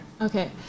Okay